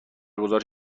گزارش